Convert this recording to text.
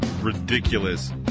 ridiculous